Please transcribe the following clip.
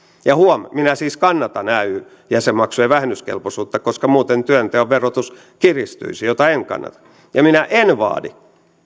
ja huom minä siis kannatan ay jäsenmaksujen vähennyskelpoisuutta koska muuten työnteon verotus kiristyisi jota en kannata ja minä en vaadi